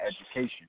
education